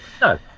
No